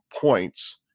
points